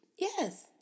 Yes